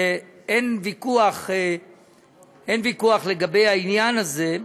ואין ויכוח לגבי העניין הזה,